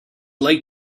like